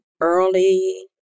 early